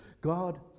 God